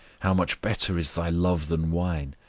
how much better is thy love than wine!